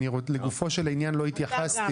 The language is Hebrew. לגופו של עניין לא התייחסתי,